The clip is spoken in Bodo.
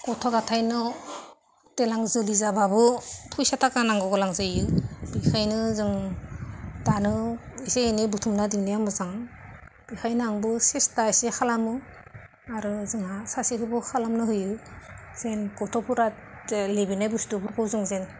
गथ' गथायनो देनां जुलि जाबाबो फैसा थाखा नांगौ गोनां जायो बेनिखायनो जों दानो इसे एनै बुथुमना दोननाया मोजां बेनिखायनो आंबो सेस्टा एसे खालामो आरो जोंहा सासेनोबो खालामनो होयो जेन गथ'फोरा लुबैनाय बुस्थुफोरखौ जों जेन